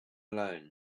alone